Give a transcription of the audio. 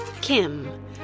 Kim